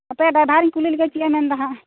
ᱦᱟᱯᱮ ᱰᱟᱭᱵᱷᱟᱨᱤᱧ ᱠᱩᱞᱤ ᱞᱮᱜᱮ ᱪᱮᱫ ᱮ ᱢᱮᱱᱮᱫᱟ ᱦᱟᱜ